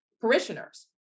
parishioners